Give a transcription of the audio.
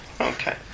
Okay